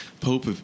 Pope